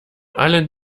allen